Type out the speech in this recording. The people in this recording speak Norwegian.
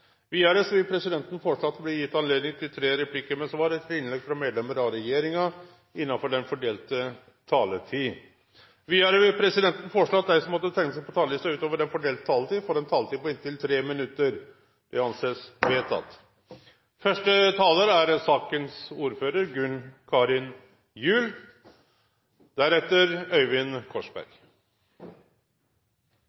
vil presidenten foreslå at det blir gitt anledning til tre replikker med svar etter innlegg fra medlemmer av regjeringen innenfor den fordelte taletid. Videre vil presidenten foreslå at de som måtte tegne seg på talerlisten utover den fordelte taletid, får en taletid på inntil 3 minutter. – Det anses vedtatt.